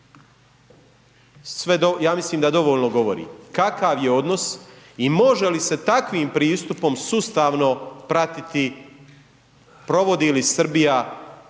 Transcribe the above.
ja mislim da dovoljno govori kakav je odnos i može li se takvim pristupom sustavno pratiti provodi li Srbija